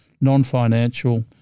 non-financial